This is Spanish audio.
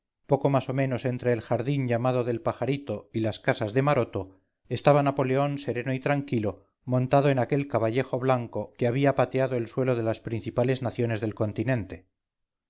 poco más o menos entre el jardín llamado del pajarito y las casas de maroto estaba napoleón sereno y tranquilo montado en aquel caballejo blanco que había pateado el suelo de las principales naciones del continente